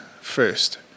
first